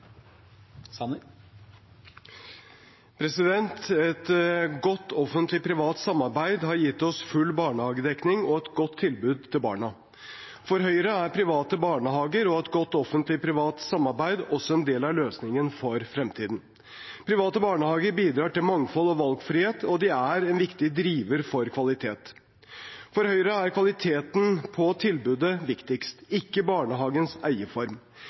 Et godt offentlig-privat samarbeid har gitt oss full barnehagedekning og et godt tilbud til barna. For Høyre er private barnehager og et godt offentlig-privat samarbeid også en del av løsningen for fremtiden. Private barnehager bidrar til mangfold og valgfrihet, og de er en viktig driver for kvalitet. For Høyre er kvaliteten på tilbudet viktigst, ikke barnehagens eierform,